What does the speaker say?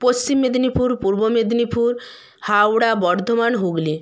Paschim Medinipur Purba Medinipur Howrah Bardhaman Hooghly